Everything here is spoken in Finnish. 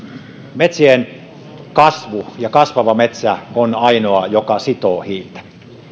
metsien kasvu ja kasvava metsä on ainoa joka sitoo hiiltä